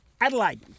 Adelaide